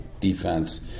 defense